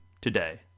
today